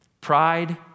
Pride